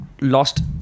lost